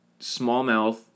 smallmouth